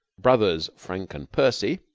brothers frank and percy,